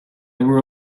were